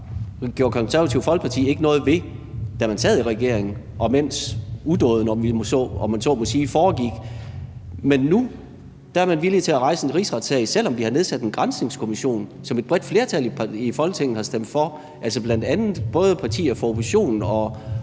gjorde Det Konservative Folkeparti ikke noget ved, da man sad i regering, mens udåden, om man så må sige, foregik. Men nu er man villig til at rejse en rigsretssag, selv om vi har nedsat en granskningskommission, som et bredt flertal i Folketinget har stemt for – altså både partier fra oppositionen og